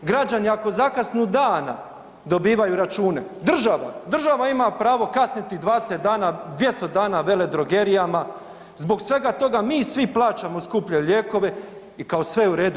Građani ako zakasnu dana, dobivaju račune, država, država ima pravo kasniti 20 dana, 200 dana veledrogerijama, zbog svega toga mi svi plaćamo skuplje lijekove i kao sve je u redu.